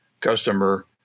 customer